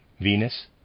Venus